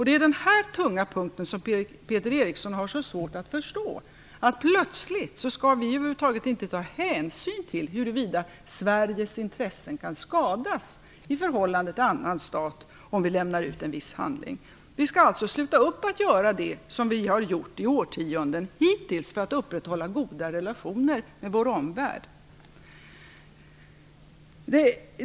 Det är denna tunga punkt som Peter Eriksson har så svårt att förstå. Han menar att vi plötsligt över huvud taget inte skall ta hänsyn till huruvida Sveriges intressen i förhållande till annan stat kan skadas om vi lämnar ut en viss handling. Vi skall alltså sluta upp att göra det som vi har gjort i årtionden hittills för att upprätthålla goda relationer med vår omvärld.